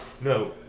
no